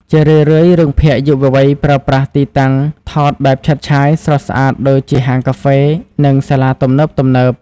ជារឿយៗ រឿងភាគយុវវ័យប្រើប្រាស់ ទីតាំងថតបែបឆើតឆាយ ស្រស់ស្អាតដូចជាហាងកាហ្វេ និងសាលាទំនើបៗ។